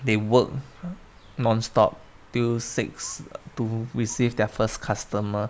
they work nonstop to six to receive their first customer